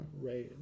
Right